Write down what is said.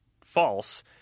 false